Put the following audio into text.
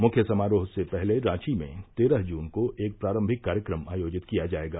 मुख्य समारोह से पहले रांची में तेरह जुन को एक प्रारंभिक कार्यक्रम आयोजित किया जाएगा